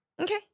okay